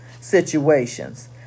situations